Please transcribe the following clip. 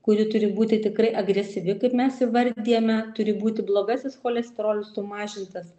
kuri turi būti tikrai agresyvi kaip mes įvardijame turi būti blogasis cholesterolis sumažintas